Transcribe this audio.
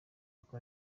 uko